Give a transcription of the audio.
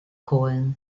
cohen